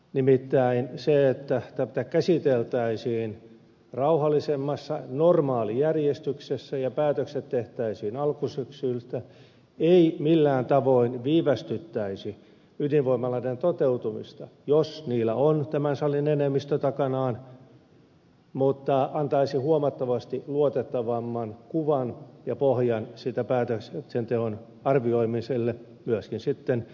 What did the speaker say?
nimittäin se että tätä käsiteltäisiin rauhallisemmassa normaalijärjestyksessä ja päätökset tehtäisiin alkusyksyllä ei millään tavoin viivästyttäisi ydinvoimaloiden toteutumista jos niillä on tämän salin enemmistö takanaan mutta antaisi huomattavasti luotettavamman kuvan ja pohjan päätöksenteon arvioimiselle myöskin sitten jälkikäteen